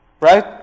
Right